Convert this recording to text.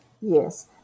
Yes